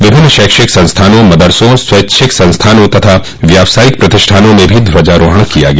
विभिन्न शैंक्षिक संस्थाओं मदरसो स्वैच्छिक संस्थानों तथा व्यवसायिक प्रतिष्ठानों में ध्वजारोहण किया गया